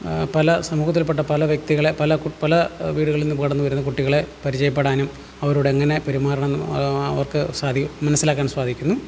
പല സമൂഹത്തിൽപ്പെട്ട പല വ്യക്തികളെ പല കു പല വീടുകളിൽ നിന്ന് കടന്നുവരുന്ന കുട്ടികളെ പരിചയപ്പെടാനും അവരോടെങ്ങനെ പെരുമാറണമെന്ന് അവർക്ക് സാധിക്കും മനസ്സിലാക്കാൻ സാധിക്കുന്നു